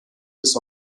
bis